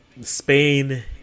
Spain